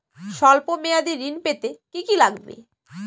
সল্প মেয়াদী ঋণ পেতে কি কি লাগবে?